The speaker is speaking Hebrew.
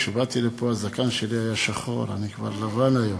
כשבאתי לפה הזקן שלי היה שחור, אני כבר לבן היום.